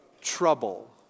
Trouble